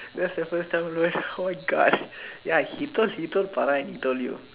that's your first time holding hands oh my God ya he told he told Farah and he told you